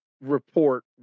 report